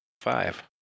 Five